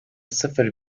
sıfır